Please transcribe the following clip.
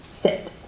sit